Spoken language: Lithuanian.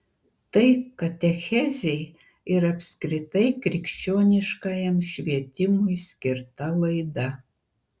tai katechezei ir apskritai krikščioniškajam švietimui skirta laida